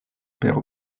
per